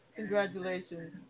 Congratulations